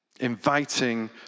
Inviting